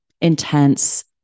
intense